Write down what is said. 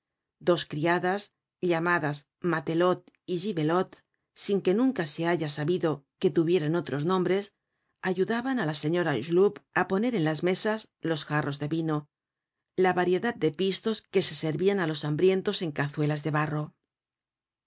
dos criadas llamadas matelote y gibelote sin que nunca se halla sabido que tuvieran otros nombres ayudaban á la señora hucheloup á poner en las mesas los jarros de vino la variedad de pistos que se servian á los hambrientos en cazuelas de barro